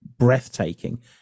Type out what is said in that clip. breathtaking